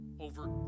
over